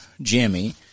Jimmy